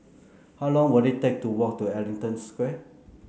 how long will it take to walk to Ellington Square